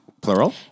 Plural